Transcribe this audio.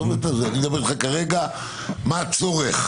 אני מדבר איתך כרגע מה הצורך.